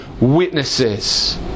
witnesses